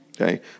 Okay